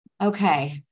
Okay